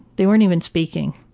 they weren't even speaking